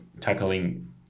tackling